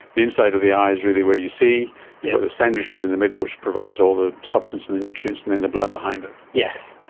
the inside of the eye is really where you see, but you know the sandwiched bit in the middle which provides all the substance and the nutrients and then the blood behind it. yes,